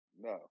No